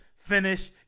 finish